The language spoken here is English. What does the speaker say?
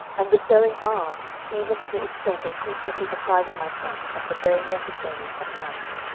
and bestowing alms even to the extent of frequently depriving myself of the very necessaries of life.